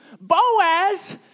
Boaz